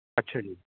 ਅੱਛਾ ਜੀ